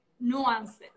nuances